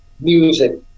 music